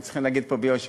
וצריכים להגיד פה ביושר,